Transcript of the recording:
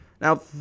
Now